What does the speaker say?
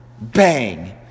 bang